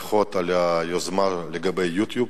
אני כמובן משתתף בברכות על היוזמה לגבי YouTube.